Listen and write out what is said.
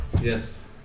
Yes